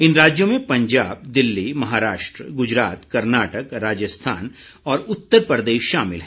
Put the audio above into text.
इन राज्यों में पंजाब दिल्ली महाराष्ट्र गुजरात कर्नाटक राजस्थान और उत्तर प्रदेश शामिल हैं